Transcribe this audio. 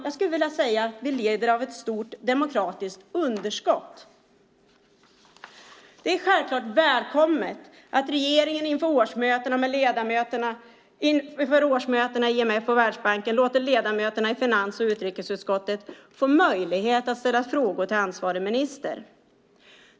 Jag skulle vilja säga att vi lider av ett svårt demokratiskt underskott. Det är självklart välkommet att regeringen inför årsmötena i IMF och Världsbanken låter ledamöterna i finans och utrikesutskottet få möjlighet att ställa frågor till ansvarig minister.